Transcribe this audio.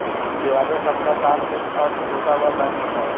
दिवालिया शब्द का शाब्दिक अर्थ टूटा हुआ बैंक होता है